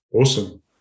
Awesome